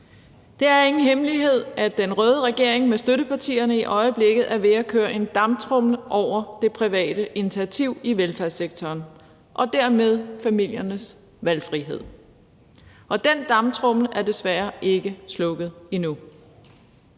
Det er ingen hemmelighed, at den røde regering med støttepartierne i øjeblikket er ved at køre en damptromle over det private initiativ i velfærdssektoren og dermed over familiernes valgfrihed. Den damptromle er desværre ikke slukket endnu.